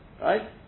right